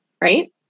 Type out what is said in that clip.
right